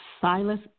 Silas